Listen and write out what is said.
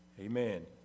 Amen